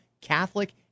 Catholic